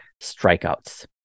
strikeouts